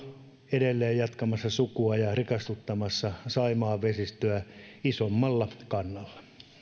edelleen jatkamassa sukua ja ja rikastuttamassa saimaan vesistöä isommalla kannalla